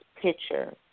picture